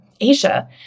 Asia